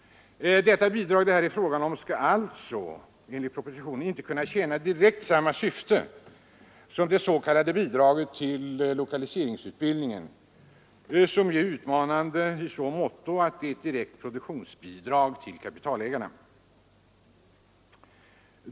Det bidrag det här är fråga om skall alltså enligt propositionen inte kunna tjäna direkt samma syfte som det s.k. bidraget till lokaliseringsutbildning, som ju är utmanande i så måtto att det är ett direkt produktionsbidrag till kapitalägarna.